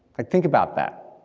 think about that,